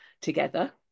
together